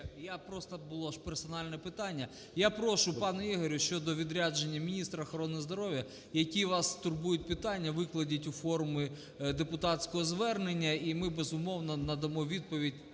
Я просто… було ж персональне питання. Я прошу, пане Ігорю, щодо відрядження міністра охорони здоров'я, які вас турбують питання, викладіть у формі депутатського звернення, і ми, безумовно, надамо відповідь